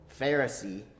Pharisee